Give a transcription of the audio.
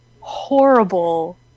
horrible